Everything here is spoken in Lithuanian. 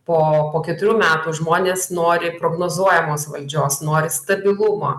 po po keturių metų žmonės nori prognozuojamos valdžios nori stabilumo